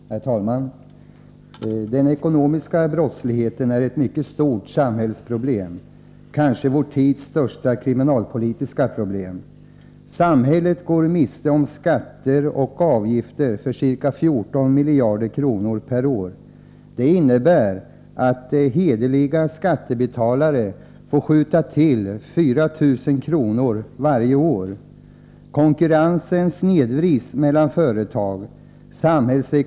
Herr talman! Den ekonomiska brottsligheten är ett mycket stort samhällsproblem, kanske vår tids största kriminalpolitiska problem. Samhället går miste om skatter och avgifter för ca 14 miljarder kronor per år. Det innebär att varje hederlig skattebetalare får skjuta till 4 000 kr. årligen. Konkurrensen mellan företag snedvrids.